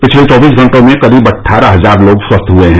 पिछले चौबीस घंटों में करीब अट्ठारह हजार लोग स्वस्थ हुए हैं